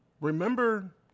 Remember